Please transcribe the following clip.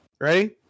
Ready